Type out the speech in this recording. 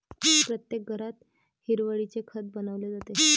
प्रत्येक घरात हिरवळीचे खत बनवले जाते